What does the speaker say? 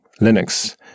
Linux